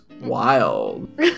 Wild